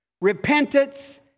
Repentance